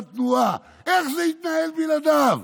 בתנועה, איך זה יתנהל בלעדיו.